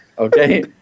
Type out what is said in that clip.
Okay